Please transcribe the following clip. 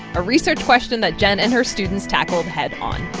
a research question that jenn and her students tackled head-on